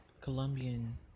Colombian